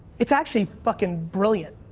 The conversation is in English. it's actually fucking brilliant.